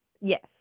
Yes